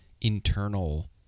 internal